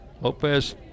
Lopez